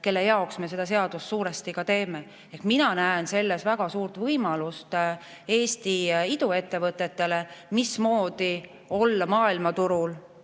kelle jaoks me seda seadust suuresti ka teeme. Mina näen selles väga suurt võimalust Eesti iduettevõtetele, mismoodi olla maailmaturul